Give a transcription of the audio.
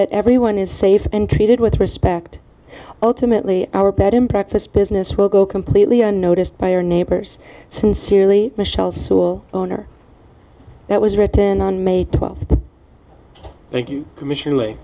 that everyone is safe and treated with respect ultimately our bed and breakfast business will go completely unnoticed by our neighbors sincerely michelle school owner that was written on may twelfth